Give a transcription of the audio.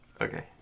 Okay